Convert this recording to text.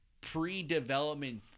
pre-development